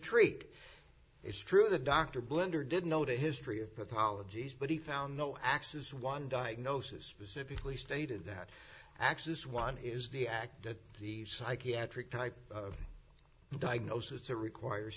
treat it's true the doctor blender didn't know the history of pathologies but he found no axis one diagnosis specifically stated that axis one is the act that the psychiatric type of diagnosis that requires